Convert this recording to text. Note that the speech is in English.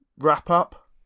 wrap-up